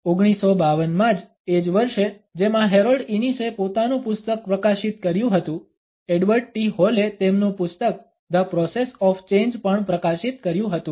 1952 માં જ એ જ વર્ષે જેમાં હેરોલ્ડ ઈનિસે પોતાનું પુસ્તક પ્રકાશિત કર્યું હતું એડવર્ડ ટી હોલએ તેમનું પુસ્તક ધ પ્રોસેસ ઓફ ચેંજ પણ પ્રકાશિત કર્યું હતું